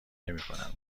نمیکنم